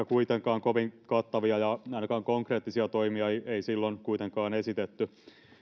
kuitenkaan kovin kattavia ja ainakaan konkreettisia toimia ei ei silloin kuitenkaan esitetty